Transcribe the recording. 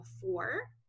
four